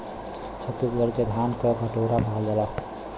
छतीसगढ़ के धान क कटोरा कहल जाला